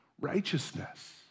righteousness